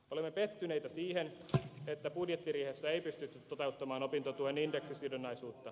olemme pettyneitä siihen että budjettiriihessä ei pystytty toteuttamaan opintotuen indeksisidonnaisuutta